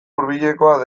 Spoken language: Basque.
hurbilekoak